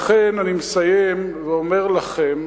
לכן אני מסיים ואומר לכם